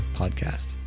podcast